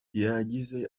yagize